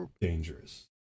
dangerous